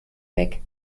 weg